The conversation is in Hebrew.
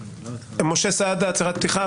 משה סעדה, הצהרת פתיחה.